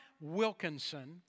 Wilkinson